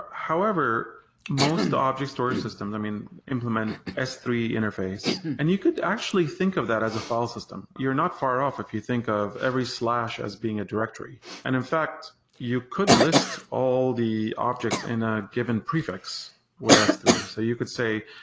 ah however, most object storage system implement s three interface, and you could actually think of that as a file system. you're not far off if you think of every slash as being a directory. and in fact you could list all the objects in a given prefix with s three. so you could say,